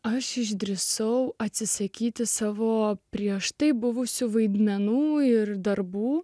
aš išdrįsau atsisakyti savo prieš tai buvusių vaidmenų ir darbų